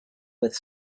with